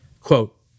Quote